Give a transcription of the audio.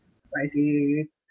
Spicy